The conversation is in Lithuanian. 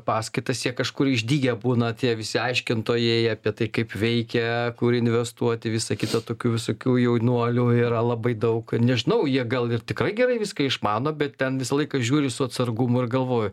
paskaitas jie kažkur išdygę būna tie visi aiškintojai apie tai kaip veikia kur investuoti visa kita tokių visokių jaunuolių yra labai daug nežinau jie gal ir tikrai gerai viską išmano bet ten visą laiką žiūriu su atsargumu ir galvoju